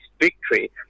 victory